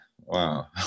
wow